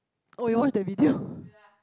oh you watch the video